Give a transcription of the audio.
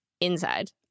inside